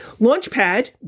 launchpad